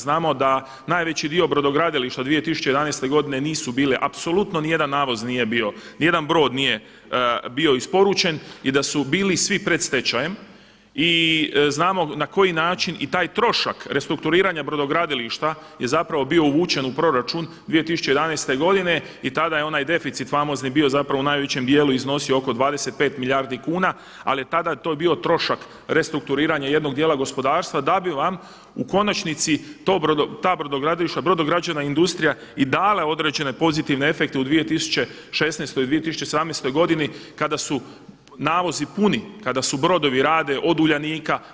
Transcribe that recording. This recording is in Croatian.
Znamo da najveći dio brodogradilišta 2011. godine nisu bile apsolutno ni jedan navoz nije bio, ni jedan brod nije bio isporučen i da su bili svi pred stečajem i znamo na koji način i taj trošak restrukturiranja brodogradilišta je zapravo bio uvučen u proračun 2011. godine i tada je onaj deficit famozni bio zapravo u najvećem dijelu iznosio oko 25 milijardi kuna, ali je tada to bio trošak restrukturiranja jednog dijela gospodarstva da bi vam u konačnici ta brodogradilišta, brodograđevna industrija i dale određene pozitivne efekte u 2016. i 2017. godini kada su navozi puni, kada su brodovi rade od Uljanika.